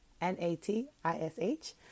N-A-T-I-S-H